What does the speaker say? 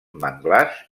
manglars